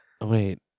Wait